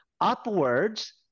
upwards